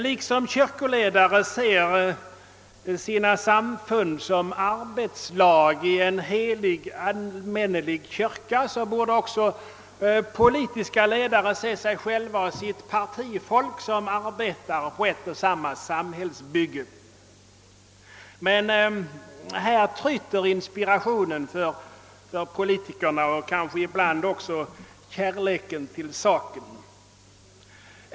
Liksom kyrkoledare ser sina samfund som ett arbetslag i en helig allmännelig kyrka, borde också politiska ledare se sig själva och sitt partifolk som arbetare på ett och samma samhällsbygge. Men här tryter inspirationen — och ibland kanske också kärleken till saken — för politikerna.